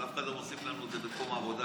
אבל אף אחד לא מוסיף לנו את זה בתחום העבודה,